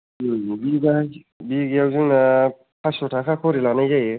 ओम बिगायाव जोंना पास्स' थाखा खरि लानाय जायो